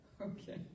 okay